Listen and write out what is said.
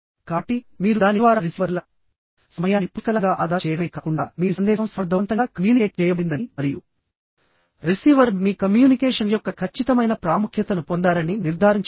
కాబట్టి మీరు దాని ద్వారా రిసీవర్ల సమయాన్ని పుష్కలంగా ఆదా చేయడమే కాకుండామీ సందేశం సమర్థవంతంగా కమ్యూనికేట్ చేయబడిందని మరియు రిసీవర్ మీ కమ్యూనికేషన్ యొక్క ఖచ్చితమైన ప్రాముఖ్యతను పొందారని నిర్ధారించుకోండి